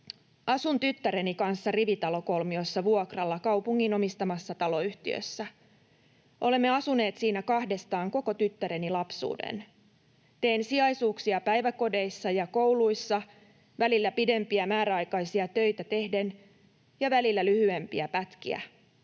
”Asun tyttäreni kanssa rivitalokolmiossa vuokralla kaupungin omistamassa taloyhtiössä. Olemme asuneet siinä kahdestaan koko tyttäreni lapsuuden. Teen sijaisuuksia päiväkodeissa ja kouluissa, välillä pidempiä määräaikaisia töitä tehden ja välillä lyhyempiä pätkiä.